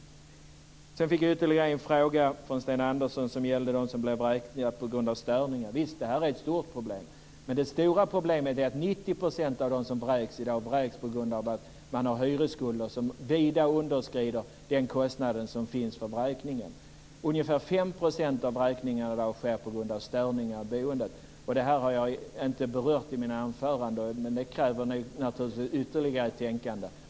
Sedan fick jag ytterligare en fråga från Sten Andersson, som gäller dem som blir vräkta på grund av störningar. Visst, det här är ett stort problem, men det stora problemet är att 90 % av dem som vräks i dag vräks på grund av att de har hyresskulder som vida underskrider den kostnad som finns för vräkningen. Ungefär 5 % av vräkningarna i dag sker på grund av störningar i boendet. Det här har jag inte berört i mitt anförande, men det kräver naturligtvis ytterligare tänkande.